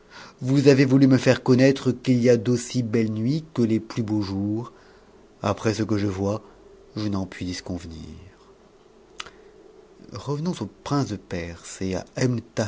vous avez voulu me faire connaître qu'il y a d'aussi belles nuits que les plus beaux jours après ce que je vois je n'en puis disconvenir revenons au prince de perse et